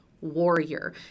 warrior